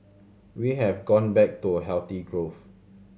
we have gone back to healthy growth